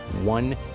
one